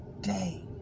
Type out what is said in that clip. day